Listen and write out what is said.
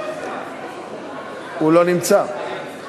הוא לא נמצא?